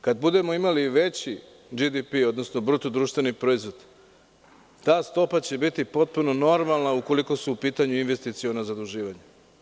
Kada budemo imali veći GPD, odnosno bruto društveni proizvod, ta stopa će biti potpuno normalna ukoliko su u pitanju investiciona zaduživanja.